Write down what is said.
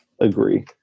agree